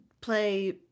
play